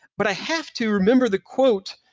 but i have to remember the quote.